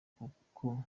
kuko